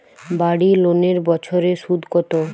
বাড়ি লোনের বছরে সুদ কত?